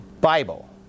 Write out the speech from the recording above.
Bible